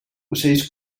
ocells